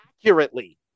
accurately